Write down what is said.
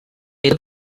era